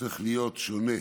צריך להיות שונה,